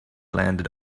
landed